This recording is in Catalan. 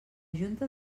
junta